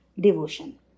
devotion